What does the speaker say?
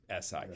SI